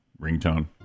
ringtone